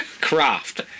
Craft